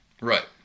Right